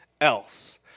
else